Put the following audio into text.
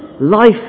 Life